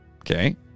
Okay